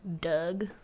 Doug